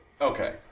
Okay